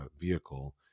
vehicle